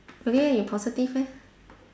positive meh